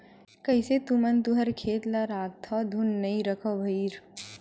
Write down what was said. कइसे तुमन तुँहर खेत ल राखथँव धुन नइ रखव भइर?